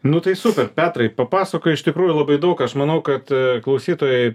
nu tai super petrai papasakojai iš tikrųjų labai daug aš manau kad klausytojai